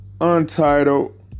Untitled